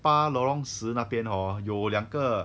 八 lorong 十那边 hor 有两个